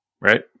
Right